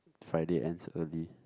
Friday ends early